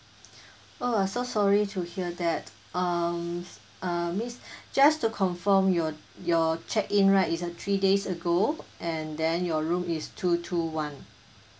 oh so sorry to hear that um uh miss just to confirm your your check in right is uh three days ago and then your room is two two one